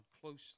closely